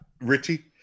Richie